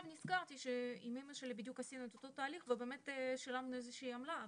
נזכרתי שעם אמא שלי עשינו את אותו תהליך ובאמת שילמנו איזו שהיא עמלה.